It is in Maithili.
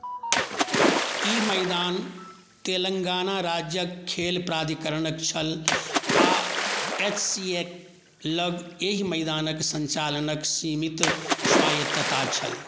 ई मैदान तेलंगाना राज्यक खेल प्राधिकरणक छल आ एच सी ए के लग एहि मैदानक सञ्चालनक सीमित स्वायत्तता छल